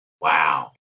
Wow